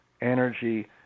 energy